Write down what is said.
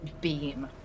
beam